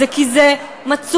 זה כי זה מצוי,